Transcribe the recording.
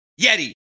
Yeti